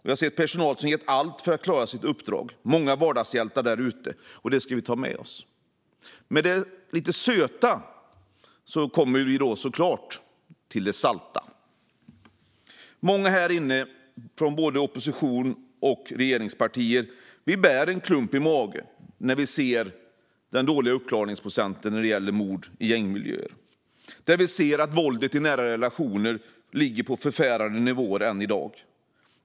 Vi har sett personal som ger allt för att klara sitt uppdrag. Det finns många vardagshjältar där ute, och det ska vi ta med oss. Efter detta lite söta kommer vi såklart till det salta. Många här inne från både opposition och regeringspartier får en klump i magen när vi ser den låga uppklaringsprocenten när det gäller mord i gängmiljöer. Och våld i nära relationer ligger på förfärande nivåer än i dag.